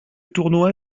tournoi